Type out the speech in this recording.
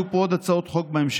ויהיו פה עוד הצעות חוק בהמשך.